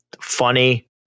funny